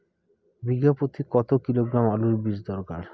বিঘা প্রতি কত কিলোগ্রাম আলুর বীজ দরকার?